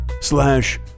slash